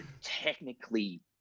technically